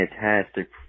fantastic